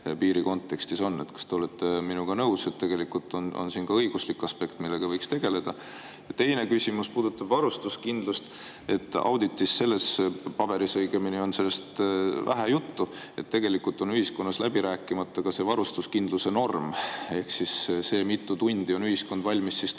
kontekstis on. Kas te olete minuga nõus, et tegelikult on siin ka õiguslik aspekt, millega võiks tegeleda? Teine küsimus puudutab varustuskindlust. Auditis, selles paberis õigemini, on vähe juttu sellest, et tegelikult on ühiskonnas läbi rääkimata varustuskindluse norm ehk see, näiteks mitu tundi on ühiskond valmis taluma